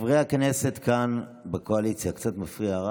חברי הכנסת כאן בקואליציה, הרעש קצת מפריע.